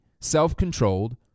self-controlled